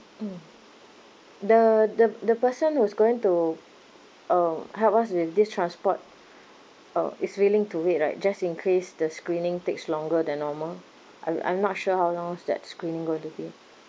mmhmm the the the person who's going to um help us with this transport uh is willing to wait right just in case the screening takes longer than normal I'm I'm not sure how long is that screening going to be